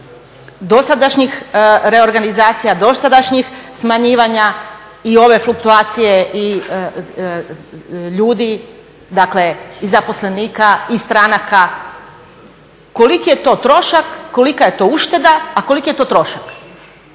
dosadašnjih reorganizacija, dosadašnjih smanjivanja i ove fluktuacije i ljudi, dakle i zaposlenika i stranaka. Koliki je to trošak? Kolika je to ušteda, a koliki je to trošak?